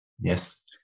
Yes